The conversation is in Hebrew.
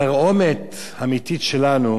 התרעומת האמיתית שלנו,